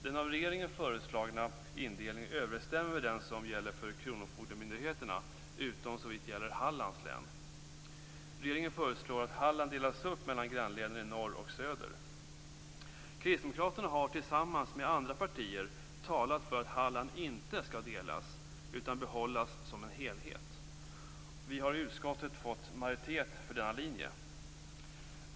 Den av regeringen föreslagna indelningen överensstämmer med den som gäller för kronofogdemyndigheterna utom såvitt gäller Hallands län. Regeringen föreslår att Halland delas upp mellan grannlänen i norr och söder. Kristdemokraterna har tillsammans med andra partier talat för att Halland inte skall delas utan behållas som en helhet. Vi har i utskottet fått majoritet för denna linje.